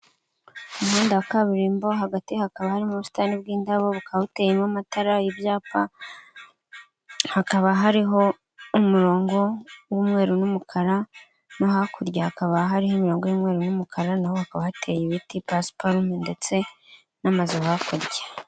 Umuhanda wa kabiririmbo hagati hakaba harimo ubusitani bw'indabo, bukaba buteyemo amatara, ibyapa, hakaba hariho umurongo w'umweru n'umukara no hakurya hakaba hariho imirongo y'umweru n'umukara, naho hakaba hateye ibiti pasiparume ndetse n'amazu hakurya.